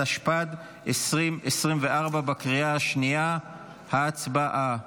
התשפ"ד 2024. הצבעה.